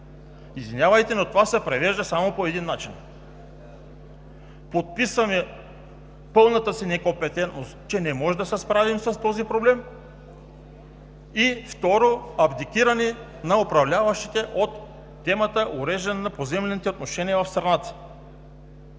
Извинявайте, но това се превежда само по един начин – подписваме пълната си некомпетентност, че не можем да се справим с този проблем и, второ, абдикиране на управляващите от темата за уреждане на поземлените отношения в страната.